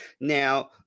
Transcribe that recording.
now